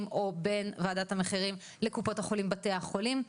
או בין וועדת המחירים לקופות החולים ובתי החולים,